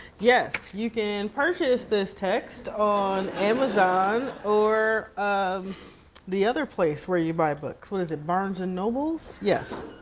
yes, you can purchase this text on amazon or um the other place where you buy books. what is it, barnes and nobles? yes,